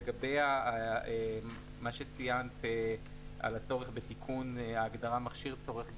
לגבי מה שציינת על הצורך בתיקון ההגדרה מכשיר צורך גפ"מ.